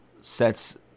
Sets